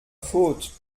faute